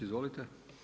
Izvolite.